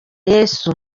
yesu